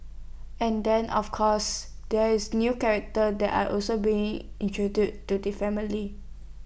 and then of course there is new characters that are also being introduced to the family